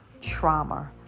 trauma